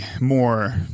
more